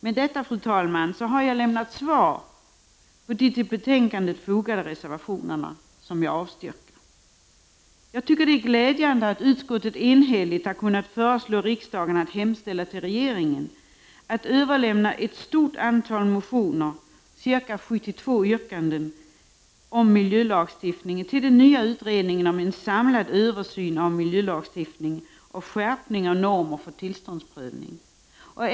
Med detta, fru talman, har jag lämnat svar på de till betänkandet fogade reservationerna, som jag avstyrker. Det är glädjande att utskottet enhälligt har kunnat föreslå riksdagen att hemställa till regeringen att överlämna ett — Prot. 1989/90:31 stort antal motioner — med 72 yrkanden — om miljölagstiftningen till den nya 22 november 1989 utredningen om en samlad översyn av miljölagstiftningen och skärpning av. =SZZ70 normer för tillståndsprövning.